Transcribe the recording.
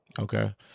Okay